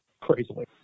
crazily